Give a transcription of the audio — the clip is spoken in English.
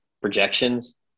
projections